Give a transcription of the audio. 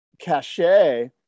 cachet